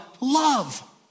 love